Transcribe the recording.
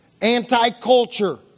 anti-culture